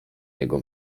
jego